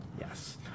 Yes